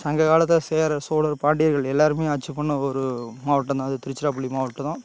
சங்க காலத்தில சேரர் சோழர் பாண்டியர்கள் எல்லோருமே ஆட்சி பண்ண ஒரு மாவட்டம் தான் அது திருச்சிராப்பள்ளி மாவட்டம் தான்